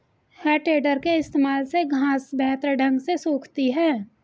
है टेडर के इस्तेमाल से घांस बेहतर ढंग से सूखती है